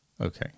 Okay